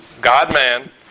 God-man